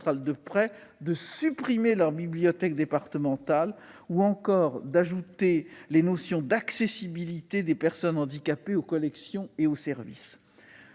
de prêt de supprimer leur bibliothèque départementale ; ou encore l'ajout des notions d'accessibilité des personnes handicapées aux collections et aux services.